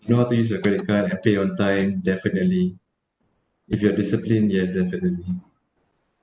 not to use your credit card and pay on time definitely if you are disciplined yes definitely